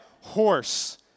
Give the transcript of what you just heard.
horse